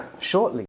shortly